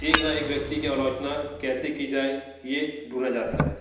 एक ना एक व्यक्ति की आलोचना कैसे की जाए ये ढूंढा जाता है